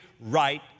right